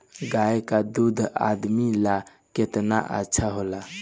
गाय का दूध आदमी ला कितना अच्छा होला?